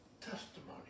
testimony